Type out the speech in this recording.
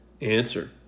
Answer